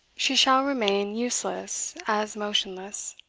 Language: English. she shall remain useless as motionless.